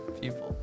people